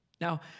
Now